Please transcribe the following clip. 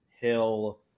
Hill